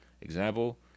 Example